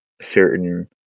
certain